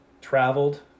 traveled